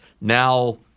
now